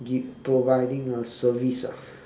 give providing a service ah